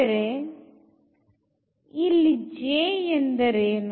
ಹಾಗಾದರೆ ಇಲ್ಲಿ J ಎಂದರೇನು